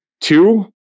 Two